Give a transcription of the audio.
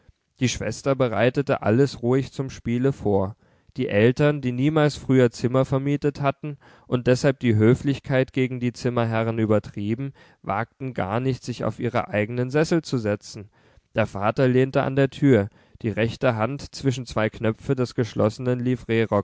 die schwester bereitete alles ruhig zum spiele vor die eltern die niemals früher zimmer vermietet hatten und deshalb die höflichkeit gegen die zimmerherren übertrieben wagten gar nicht sich auf ihre eigenen sessel zu setzen der vater lehnte an der tür die rechte hand zwischen zwei knöpfe des geschlossenen